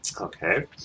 Okay